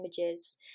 images